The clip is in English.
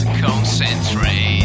concentrate